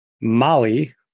Molly